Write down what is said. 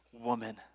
woman